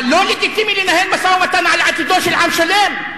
אבל לא לגיטימי לנהל משא-ומתן על עתידו של עם שלם?